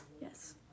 Yes